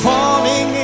Falling